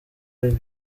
ari